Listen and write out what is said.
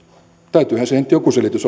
täytyyhän siihen nyt joku selitys